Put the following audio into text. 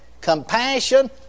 compassion